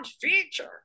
feature